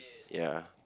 ya